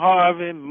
Harvey